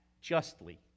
justly